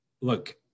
Look